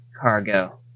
cargo